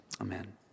Amen